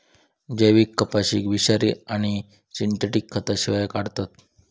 जैविक कपाशीक विषारी आणि सिंथेटिक खतांशिवाय काढतत